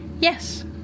Yes